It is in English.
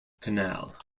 canal